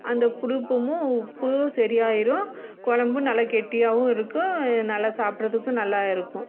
அந்த புளிப்புமும் உப்பும் சரியாயிடும் குழம்பும் நல்ல கெட்டியாகவும் இருக்கும் நல்லா சாப்பிட்றதுக்கும் நல்லா இருக்கும்